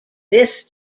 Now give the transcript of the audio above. this